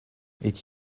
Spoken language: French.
est